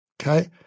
okay